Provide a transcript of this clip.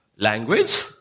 Language